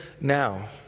now